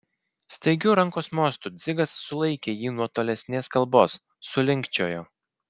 staigiu rankos mostu dzigas sulaikė jį nuo tolesnės kalbos sulinkčiojo